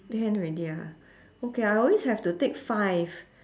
can already ah okay I always have to take five